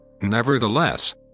Nevertheless